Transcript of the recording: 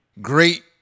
great